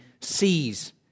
sees